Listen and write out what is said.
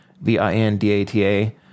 v-i-n-d-a-t-a